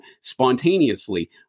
spontaneously